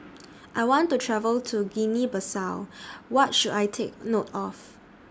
I want to travel to Guinea Bissau What should I Take note of